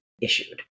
issued